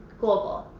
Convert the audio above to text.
global.